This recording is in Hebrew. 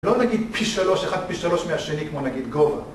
לא נגיד פי שלוש אחד פי שלוש מהשני כמו נגיד גובה